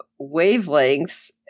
wavelengths